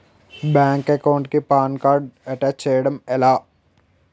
Bank account కి PAN card attach చేయడం ఎలా?